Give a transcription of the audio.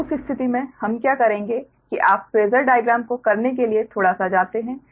तो उस स्थिति में हम क्या करेंगे कि आप फेसर डाइग्राम को करने के लिए थोड़ा सा जाते हैं